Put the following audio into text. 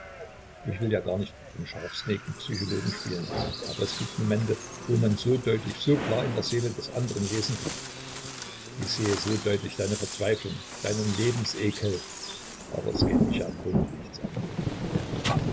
ich will ja gar nicht den scharfsinnigen psychologen spielen aber es gibt momente wo man so deutlich so klar in der seele des anderen lesen kann ich sehe so deutlich deine verzweiflung deinen lebensekel aber es geht mich ja im grunde nichts an